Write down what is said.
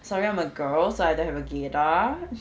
sorry I'm a girl so I don't have a gaydar